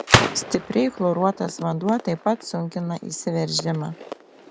stipriai chloruotas vanduo taip pat sunkina įsiveržimą